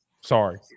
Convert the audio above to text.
Sorry